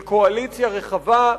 של קואליציה רחבה,